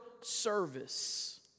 service